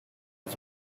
his